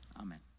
amen